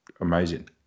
amazing